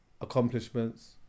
Accomplishments